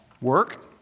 Work